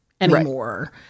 anymore